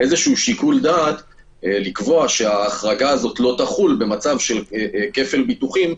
שיקול דעת לקבוע שההחרגה הזו לא תחול במצב של של כפל ביטוחים,